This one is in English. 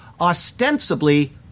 ostensibly